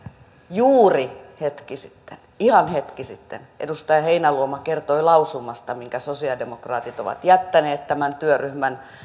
juuri hetki sitten ihan hetki sitten edustaja heinäluoma kertoi lausumasta minkä sosiaalidemokraatit ovat jättäneet tämän työryhmän